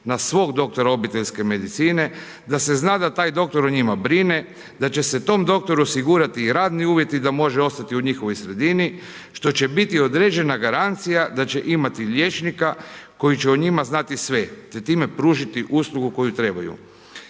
na svog doktora obiteljske medicine, da se zna da taj doktor o njima brine, da će se tom doktoru osigurati radni uvjeti da može ostati u njihovoj sredini, što će biti određena garancija da će imati liječnika koji će o njima znati sve, te time pružiti uslugu koju trebaju.